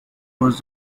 was